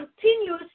continues